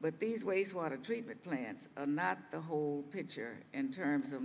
but these wastewater treatment plants are not the whole picture in terms of